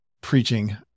preaching